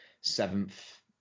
seventh